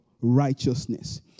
righteousness